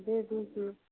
दे दीजिए